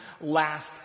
last